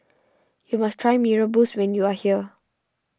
you must try Mee Rebus when you are here